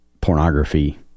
pornography